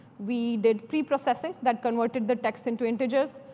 we did pre-processing that converted the text into integers.